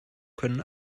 können